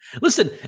Listen